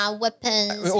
weapons